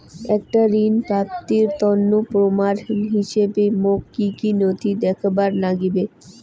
একটা ঋণ প্রাপ্তির তন্ন প্রমাণ হিসাবে মোক কী কী নথি দেখেবার নাগিবে?